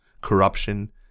corruption